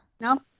No